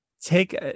Take